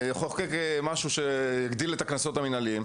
יכול לחוקק חוק שיגדיל את הקנסות המנהליים.